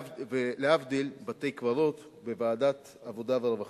ולהבדיל, בתי-קברות, בוועדת העבודה והרווחה.